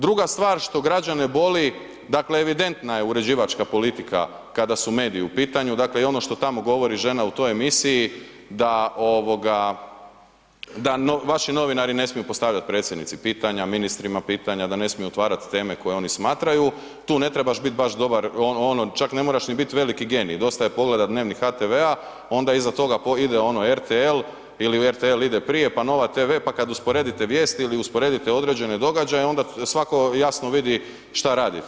Druga stvar što građane boli, dakle evidentna je uređivačka politika kada su mediji u pitanju, dakle i ono što tamo govori žena u toj emisiji, da vaši novinari ne smiju postavljati Predsjednici pitanja, ministrima pitanja, da ne smiju otvarat teme koje oni smatraju, tu ne trebaš bit baš dobar ono čak ne ni moraš bit velik genij, dosta je pogledat Dnevnik HTV-a, onda iza toga ide ono RTL ili RTL ide prije pa Nova tv pa kad usporedite vijesti ili usporedite određene događaje, onda svako jasno vidi šta radite.